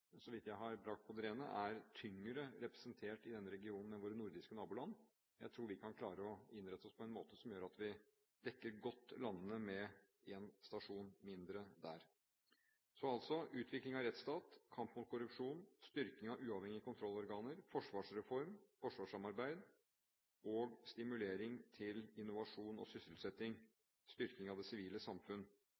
så vidt jeg har brakt på det rene, er tyngre representert i denne regionen enn våre nordiske naboland. Jeg tror vi kan klare å innrette oss på en måte som gjør at vi dekker godt landene med én stasjon mindre der. Så altså: Utvikling av rettsstat, kamp mot korrupsjon, styrking av uavhengige kontrollorganer, forsvarsreform, forsvarssamarbeid og stimulering til innovasjon og sysselsetting, styrking av det sivile samfunn,